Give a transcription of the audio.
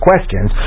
questions